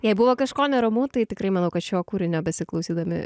jei buvo kažko neramu tai tikrai manau kad šio kūrinio besiklausydami